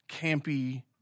campy